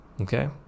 okay